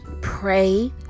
pray